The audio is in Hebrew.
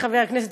מצחצח